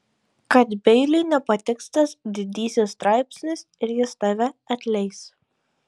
kad beiliui nepatiks tas didysis straipsnis ir jis tave atleis